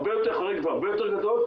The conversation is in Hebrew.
הרבה יותר חריף והרבה יותר גדול,